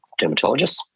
Dermatologists